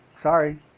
sorry